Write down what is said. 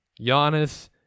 Giannis